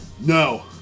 No